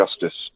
justice